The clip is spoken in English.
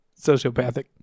Sociopathic